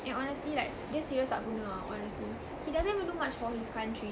and honestly like dia serious tak guna ah honestly he doesn't even do much for his country